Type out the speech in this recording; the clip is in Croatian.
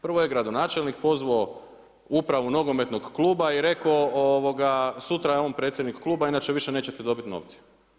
Prvo je gradonačelnik pozvao upravu nogometnog kluba i rekao sutra je on predsjednik kluba inače više nećete dobiti novce.